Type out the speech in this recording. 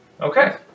Okay